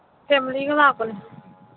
ꯐꯦꯃꯤꯂꯤꯒ ꯂꯥꯛꯄꯅꯤ